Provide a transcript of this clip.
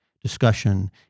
discussion